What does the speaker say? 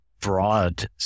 broad